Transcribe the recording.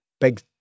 big